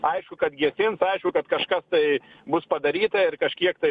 aišku kad gesins aišku kad kažkas tai bus padaryta ir kažkiek tai